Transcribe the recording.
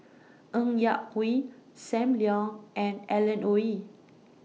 Ng Yak Whee SAM Leong and Alan Oei